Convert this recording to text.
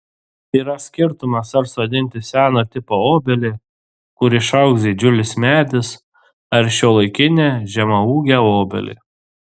yra skirtumas ar sodinti seno tipo obelį kur išaugs didžiulis medis ar šiuolaikinę žemaūgę obelį